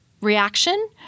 reaction